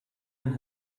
and